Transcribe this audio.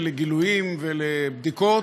לגילויים ולבדיקות,